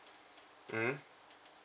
mm